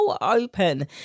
open